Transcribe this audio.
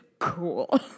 Cool